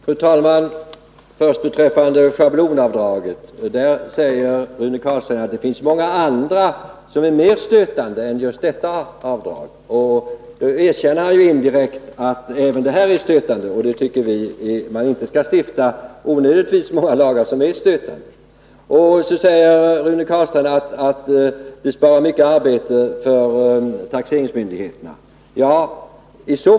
Fru talman! Först beträffande schablonavdraget. Rune Carlstein säger att det finns många avdrag som är mera stötande än just detta. Därmed erkänner han indirekt att även det här avdraget är stötande. Vi tycker att man inte i onödan skall stifta lagar som är stötande. Vidare säger Rune Carlstein att taxeringsmyndigheterna skulle besparas mycket arbete.